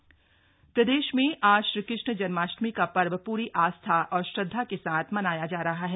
श्रीकष्ण जन्माष्टमी प्रदेश में आज श्रीकृष्ण जन्माष्टमी का पर्व पूरी आस्था और श्रद्धा के साथ मनाया जा रहा है